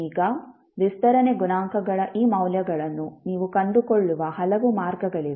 ಈಗ ವಿಸ್ತರಣೆ ಗುಣಾಂಕಗಳ ಈ ಮೌಲ್ಯಗಳನ್ನು ನೀವು ಕಂಡುಕೊಳ್ಳುವ ಹಲವು ಮಾರ್ಗಗಳಿವೆ